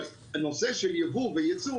אבל הנושא של הייבוא והייצוא